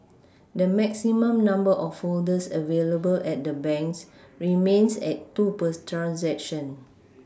the maximum number of folders available at the banks remains at two per transaction